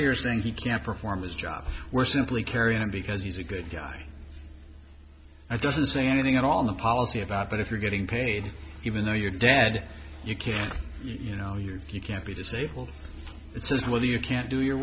here saying he can't perform his job we're simply carrying on because he's a good guy i doesn't say anything at all on the policy about but if you're getting paid even though you're dead you can't you know you can't be disabled it's whether you can do your